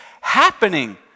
happening